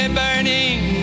burning